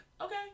okay